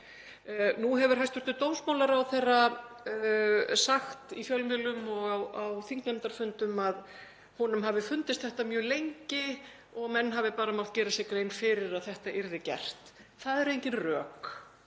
Nú hefur hæstv. dómsmálaráðherra sagt í fjölmiðlum og á þingnefndarfundum að honum hafi fundist þetta mjög lengi og menn hafi bara mátt gera sér grein fyrir að þetta yrði gert. Það eru engin rök.